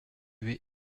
vais